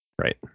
Right